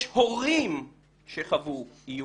יש הורים שחוו איומים.